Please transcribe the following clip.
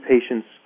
patients